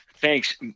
Thanks